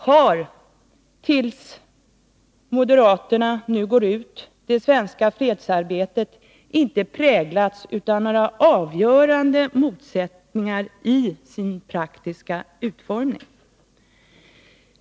Men innan moderaterna nu gick ut har det svenska fredsarbetet inte präglats av några avgörande motsättningar i sin praktiska utformning.